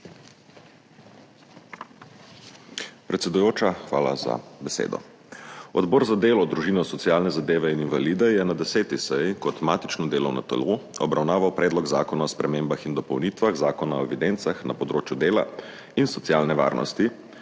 Predsedujoča, hvala za besedo. Odbor za delo, družino, socialne zadeve in invalide je na 10. seji kot matično delovno telo obravnaval Predlog zakona o spremembah in dopolnitvah Zakona o evidencah na področju dela in socialne varnosti,